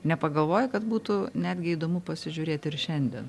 nepagalvoji kad būtų netgi įdomu pasižiūrėt ir šiandien